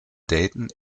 dayton